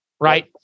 right